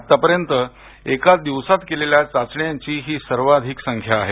आत्तापर्यंत एका दिवसात केलेल्या चाचण्यांची ही सर्वाधिक संख्या आहे